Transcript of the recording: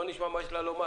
נשמע מה יש לה לומר.